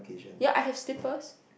ya I have slippers